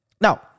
Now